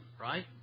Right